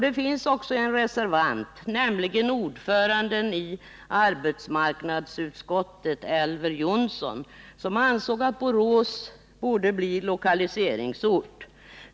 Det finns också en reservant, nämligen ordföranden i arbetsmarknadsut skottet Elver Jonsson, som anser att Borås borde bli lokaliseringsort.